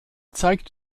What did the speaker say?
zeigt